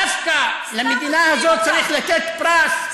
דווקא למדינה הזאת צריך לתת פרס,